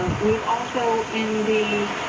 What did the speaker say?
ah we've also in the